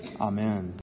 Amen